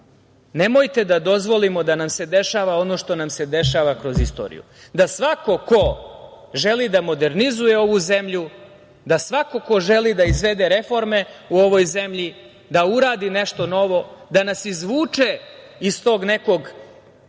nemojte da dozvolimo da nam se dešava ono što nam se dešava kroz istoriju. Dakle, da svako ko želi da modernizuje ovu zemlju, da svako ko želi da izvede reforme u ovoj zemlji, da uradi nešto novo, da nas izvuče iz tog nekog,